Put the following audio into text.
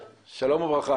אז זה צריך להיות הפוך.